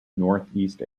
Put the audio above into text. northeast